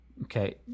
Okay